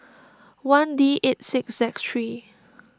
one D eight six Z three